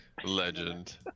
Legend